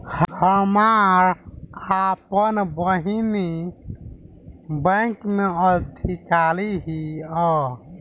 हमार आपन बहिनीई बैक में अधिकारी हिअ